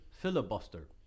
filibuster